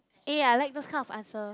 eh I like those kind of answer